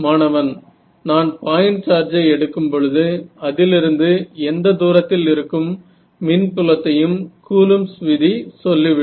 மாணவன் நான் பாயிண்ட் சார்ஜை எடுக்கும்பொழுது அதிலிருந்து எந்த தூரத்தில் இருக்கும் மின் புலத்தையும் கூலும்ப்ஸ் விதி Coulombs law சொல்லிவிடும்